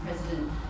president